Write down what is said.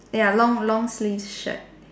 they are long long sleeve shirt